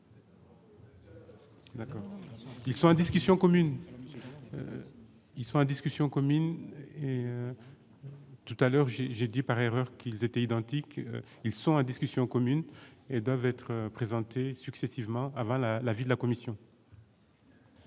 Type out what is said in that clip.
Qui sont en discussion commune, ils sont en discussion commune tout à l'heure, j'ai dit par erreur qu'ils étaient identiques, ils sont en discussion commune hé ben votre présenté successivement avant la l'avis de la commission.